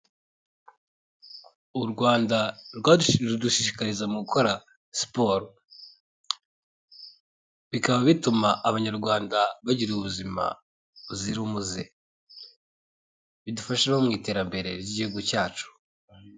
U Rwanda rudushishikariza mu gukora siporo, bikaba bituma abanyarwanda bagira ubuzima buzira umuze, bidufasha no mu iterambere ry'igihugu cyacu.